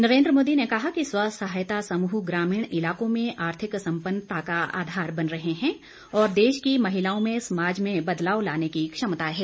नरेन्द्र मोदी ने कहा कि स्व सहायता समूह ग्रामीण इलाकों में आर्थिक सम्पन्नता का आधार बन रहे हैं और देश की महिलाओं में समाज में बदलाव लाने की क्षमता है